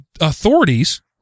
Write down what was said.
authorities